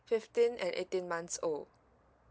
fifteen and eighteen months old